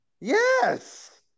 yes